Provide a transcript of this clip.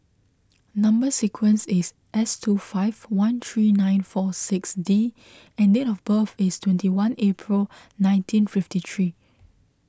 Number Sequence is S two five one three nine four six D and date of birth is twenty one April nineteen fifty three